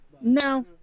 No